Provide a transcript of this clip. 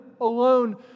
alone